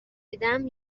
دیدم